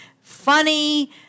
funny